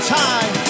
time